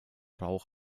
rauch